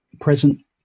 present